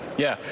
yeah,